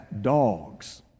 dogs